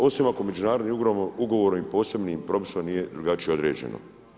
Osim ako međunarodnim ugovorom i posebni propisom nije drugačije određeno.